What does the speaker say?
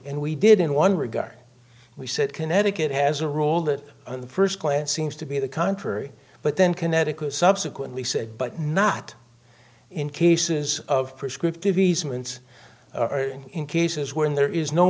and we did in one regard we said connecticut has a rule that the first glance seems to be the contrary but then connecticut subsequently said but not in cases of prescriptive easements in cases where there is no